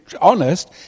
honest